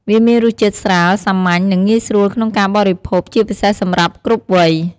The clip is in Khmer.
វាមានរសជាតិស្រាល សាមញ្ញ និងងាយស្រួលក្នុងការបរិភោគ ជាពិសេសសម្រាប់គ្រប់វ័យ។។